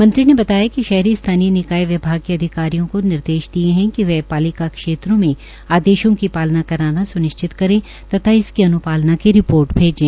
मंत्री ने बताया कि शहरी स्थानीय निकाय विभाग के अधिकारियों को निर्देश दिए है कि वह पालिका क्षेत्रों में आदेशों की पालना कराना सुनिश्चित करे तथा इसकी अन्पालना की रिपोर्ट भेजें